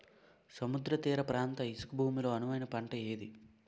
సముద్ర తీర ప్రాంత ఇసుక భూమి లో అనువైన పంట ఏది?